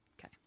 Okay